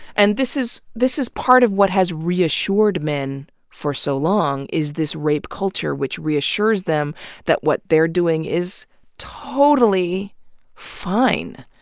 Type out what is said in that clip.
and this is this is part of what has reassured men for so long is this rape culture which reassures them that what they are doing is totally fine.